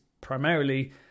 primarily